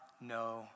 no